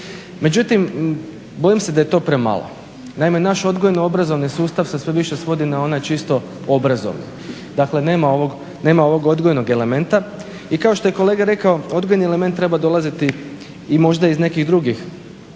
Međutim, bojim se da je to premalo. Naime, naš odgojno-obrazovni sustav se sve više svodi na onaj čisto obrazovni. Dakle, nema ovog odgojnog elementa i kao što je kolega rekao odgojni element treba dolaziti i možda iz nekih drugih